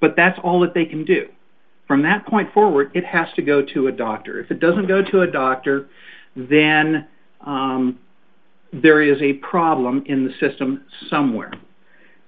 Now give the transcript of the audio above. but that's all that they can do from that point forward it has to go to a doctor if it doesn't go to a doctor then there is a problem in the system somewhere